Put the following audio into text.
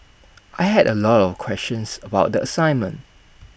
I had A lot of questions about the assignment